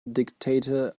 dictator